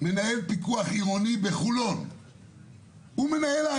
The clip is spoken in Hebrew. אתה רוצה כאלה --- אני רוצה לאסור